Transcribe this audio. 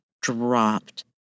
dropped